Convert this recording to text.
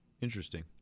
interesting